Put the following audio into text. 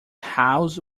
house